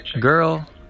girl